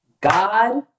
God